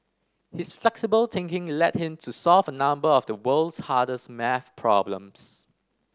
his flexible thinking led him to solve a number of the world's hardest maths problems